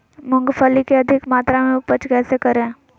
मूंगफली के अधिक मात्रा मे उपज कैसे करें?